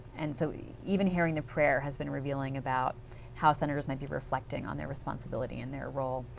and so even hearing the prayer has been revealing about how senators might be reflecting on their responsibility and their role.